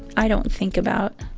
i don't think about